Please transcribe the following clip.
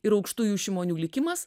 ir aukštųjų šimonių likimas